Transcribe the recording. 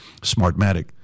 Smartmatic